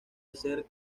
hacer